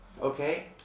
Okay